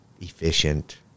efficient